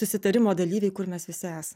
susitarimo dalyviai kur mes visi esam